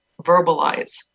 verbalize